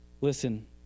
Listen